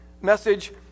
message